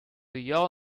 your